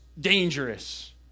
dangerous